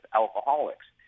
alcoholics